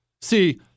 See